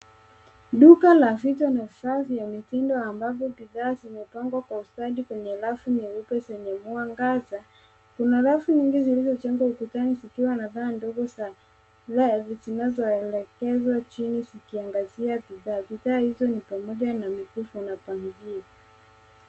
Duka la vitu na vifaa vya mitindo